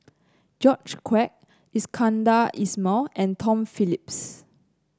George Quek Iskandar Ismail and Tom Phillips